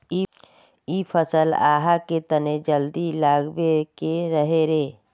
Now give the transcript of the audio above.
इ फसल आहाँ के तने जल्दी लागबे के रहे रे?